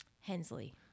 Hensley